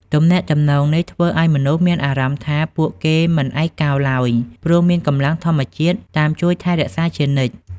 ទំនាក់ទំនងនេះធ្វើឱ្យមនុស្សមានអារម្មណ៍ថាពួកគេមិនឯកោឡើយ ព្រោះមាន "កម្លាំងធម្មជាតិ" តាមជួយថែរក្សាជានិច្ច។